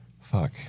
Fuck